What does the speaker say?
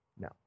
no